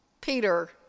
Peter